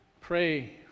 Pray